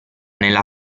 nella